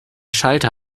schalter